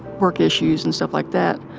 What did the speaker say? work issues and stuff like that.